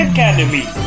Academy